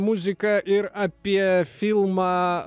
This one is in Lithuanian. muziką ir apie filmą